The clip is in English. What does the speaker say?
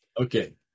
Okay